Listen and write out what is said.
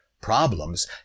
problems